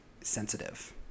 sensitive